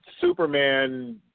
Superman